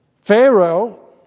Pharaoh